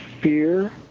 fear